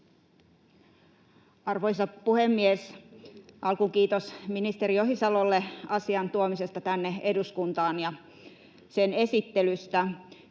Arvoisa puhemies! Alkuun kiitos ministeri Ohisalolle asian tuomisesta tänne eduskuntaan ja sen esittelystä.